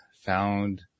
found